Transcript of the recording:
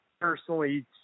personally